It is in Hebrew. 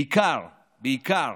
בעיקר בעיקר